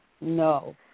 no